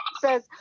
says